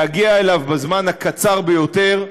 להגיע אליו בזמן הקצר ביותר,